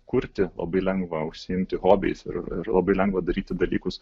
kurti labai lengva užsiimti hobiais ir ir labai lengva daryti dalykus